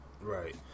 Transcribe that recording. right